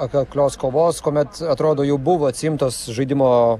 atkaklios kovos kuomet atrodo jau buvo atsiimtos žaidimo